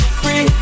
free